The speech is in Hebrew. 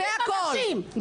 זה הכול.